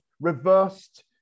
reversed